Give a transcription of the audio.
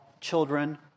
children